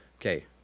Okay